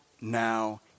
now